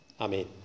Amen